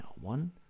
one